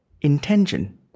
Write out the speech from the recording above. intention